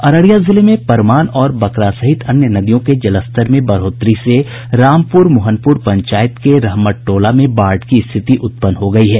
अररिया जिले में परमान और बकरा सहित अन्य नदियों के जलस्तर में बढ़ोतरी से रामपुर मोहनपुर पंचायत के रहमत टोला में बाढ़ की स्थिति उत्पन्न हो गयी है